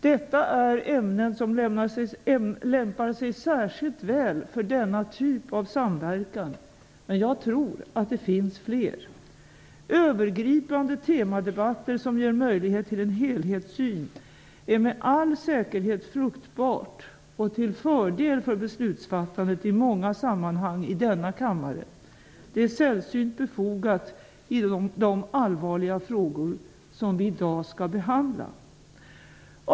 Detta är ämnen som lämpar sig särskilt väl för denna typ av samverkan, men jag tror att det finns fler. Övergripande temadebatter som ger möjlighet till en helhetssyn är med all säkerhet fruktbart och till fördel för beslutsfattandet i många sammanhang i denna kammare, och det är sällsynt befogat i de allvarliga frågor vi i dag skall behandla.